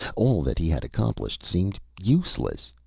all that he had accomplished seemed useless.